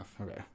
Okay